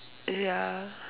ya